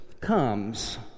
comes